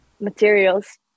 materials